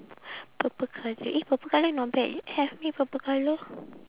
purple colour eh purple colour not bad have meh purple colour